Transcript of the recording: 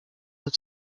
have